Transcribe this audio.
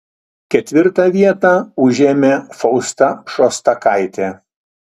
ketvirtąją vietą užėmė fausta šostakaitė